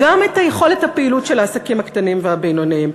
גם את יכולת הפעילות של העסקים הקטנים והבינוניים,